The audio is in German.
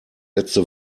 letzte